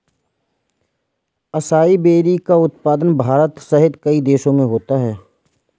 acai berry का उत्पादन भारत सहित कई देशों में होता है